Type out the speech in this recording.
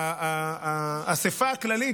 האספה הכללית,